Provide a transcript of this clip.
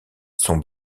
sont